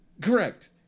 Correct